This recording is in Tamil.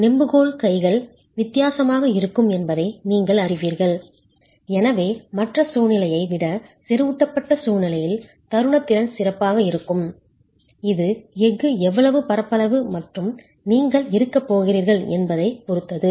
நெம்புகோல் கைகள் வித்தியாசமாக இருக்கும் என்பதை நீங்கள் அறிவீர்கள் எனவே மற்ற சூழ்நிலையை விட செறிவூட்டப்பட்ட சூழ்நிலையில் தருண திறன் சிறப்பாக இருக்கும் இது எஃகு எவ்வளவு பரப்பளவு மற்றும் நீங்கள் இருக்கப் போகிறீர்கள் என்பதைப் பொறுத்தது